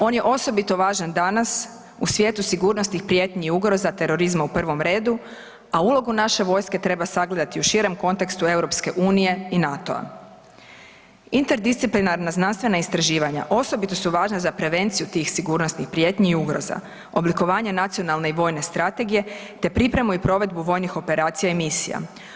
On je osobito važan danas u svijetu sigurnosnih prijetnji, ugroza, terorizma u prvom redu, a ulogu naše vojske treba sagledati u širem kontekstu EU i NATO-a. interdisciplinarna znanstvena istraživanja osobito su važna za prevenciju tih sigurnosnih prijetnji i ugroza, oblikovanje nacionalne i vojne strategije te pripremu i provedbu vojnih operacija i misija.